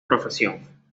profesión